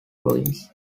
ruins